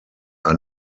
are